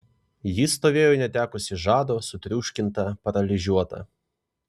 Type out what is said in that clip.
ji stovėjo netekusi žado sutriuškinta paralyžiuota